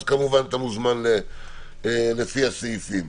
אתה כמובן מוזמן, לפי הסעיפים.